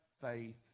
faith